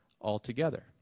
altogether